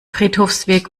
friedhofsweg